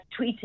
tweeted